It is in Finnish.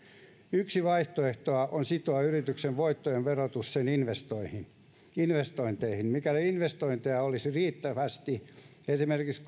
yksi vaihtoehto on sitoa yrityksen voittojen verotus sen investointeihin investointeihin mikäli investointeja olisi riittävästi esimerkiksi